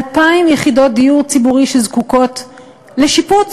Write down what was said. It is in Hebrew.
2,000 יחידות דיור ציבורי שזקוקות לשיפוץ,